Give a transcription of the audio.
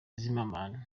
zimmerman